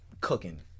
cooking